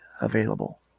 available